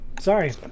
Sorry